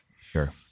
Sure